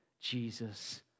Jesus